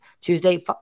Tuesday